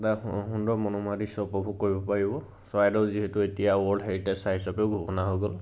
এটা সুন্দৰ মনোমোহা দৃশ্য উপভোগ কৰিব পাৰিব চৰাইদেউ যিহেতু এতিয়া ৱৰ্ল্ড হেৰিটেজ চাইট হিচাপেও ঘোষণা হৈ গ'ল